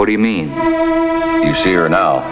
what do you mean you see here now